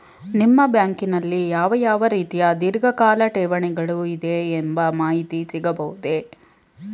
ನಿಮ್ಮ ಬ್ಯಾಂಕಿನಲ್ಲಿ ಯಾವ ಯಾವ ರೀತಿಯ ಧೀರ್ಘಕಾಲ ಠೇವಣಿಗಳು ಇದೆ ಎಂಬ ಮಾಹಿತಿ ಸಿಗಬಹುದೇ?